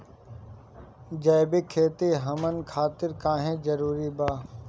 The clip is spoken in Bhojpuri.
जैविक खेती हमन खातिर काहे जरूरी बा?